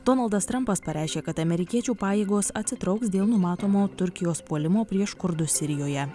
donaldas trampas pareiškė kad amerikiečių pajėgos atsitrauks dėl numatomo turkijos puolimo prieš kurdus sirijoje